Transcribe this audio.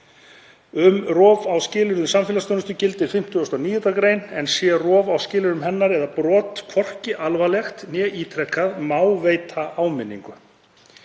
Um rof á skilyrðum samfélagsþjónustu gildir 59. gr., en sé rof á skilyrðum hennar eða brot hvorki alvarlegt né ítrekað má veita áminningu.